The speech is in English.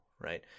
Right